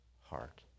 heart